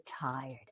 tired